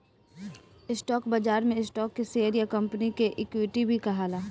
stock बाजार में stock के शेयर या कंपनी के इक्विटी भी कहाला